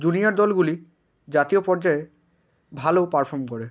junior দলগুলি জাতীয় পর্যায়ে ভালো পারফর্ম করে